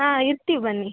ಹಾಂ ಇರ್ತೀವಿ ಬನ್ನಿ